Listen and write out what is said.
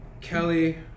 kelly